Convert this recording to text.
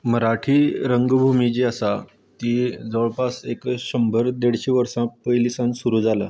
मराठी रंगभुमी जी आसा ती जवळपास एक शंबर देडशे वर्सां पयलीं सान सुरू जाला